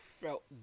felt